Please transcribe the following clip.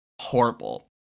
Horrible